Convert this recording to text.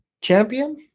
champion